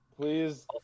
please